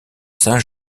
saint